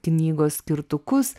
knygos skirtukus